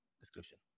description